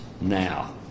now